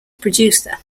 producer